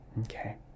Okay